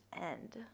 end